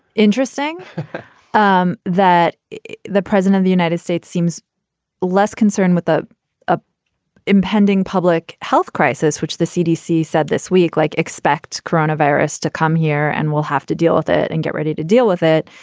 interesting um that the president of the united states seems less concerned with the ah impending public health crisis, which the cdc said this week, like expect coronavirus to come here and we'll have to deal with it and get ready to deal with it.